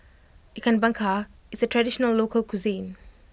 Ikan Bakar is a traditional local cuisine